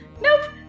nope